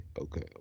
Okay